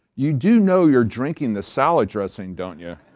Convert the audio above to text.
you do know you're drinking the salad dressing, don't yeah